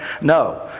No